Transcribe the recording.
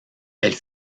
elle